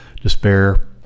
despair